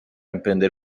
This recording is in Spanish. emprender